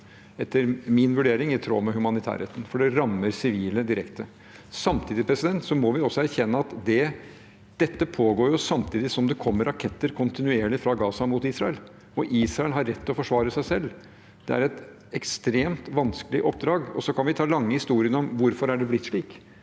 etter min vurdering ikke i tråd med humanitærretten, for det rammer sivile direkte. Samtidig må vi erkjenne at dette pågår samtidig som det kontinuerlig kommer raketter fra Gaza mot Israel. Israel har rett til å forsvare seg selv. Det er et ekstremt vanskelig oppdrag. Vi kan ta den lange historien om hvorfor det er blitt slik,